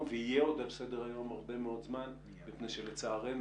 ויהיה עוד על סדר-היום הרבה מאוד זמן מפני שלצערנו,